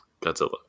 Godzilla